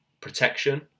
protection